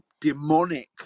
demonic